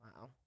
Wow